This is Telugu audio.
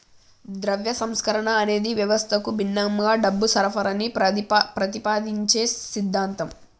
ద్రవ్య సంస్కరణ అనేది వ్యవస్థకు భిన్నంగా డబ్బు సరఫరాని ప్రతిపాదించే సిద్ధాంతం